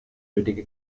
nötige